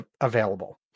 available